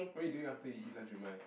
what you doing after you eat lunch with Mai